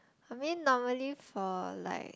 I mean normally for like